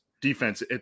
defense